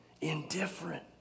indifferent